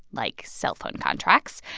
like cellphone contracts.